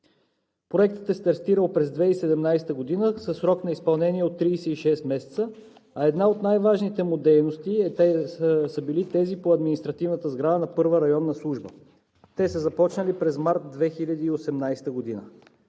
Проектът е стартирал през 2017 г. със срок на изпълнение от 36 месеца, а една от най-важните му дейности е била тази по административната сграда на Първа районна служба. Те са започнали през март 2018 г.